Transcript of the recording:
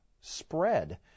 spread